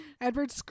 Edward